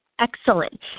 Excellent